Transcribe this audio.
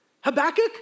Habakkuk